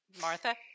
Martha